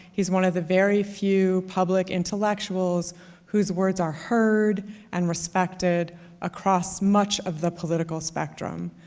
he's one of the very few public intellectuals whose words are heard and respected across much of the political spectrum.